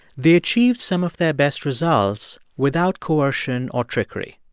they achieved some of their best results without coercion or trickery.